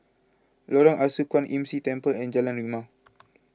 Lorong Ah Soo Kwan Imm See Temple and Jalan Rimau